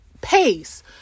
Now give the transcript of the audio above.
pace